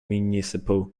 municipal